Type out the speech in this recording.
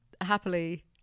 happily